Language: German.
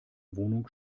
wohnung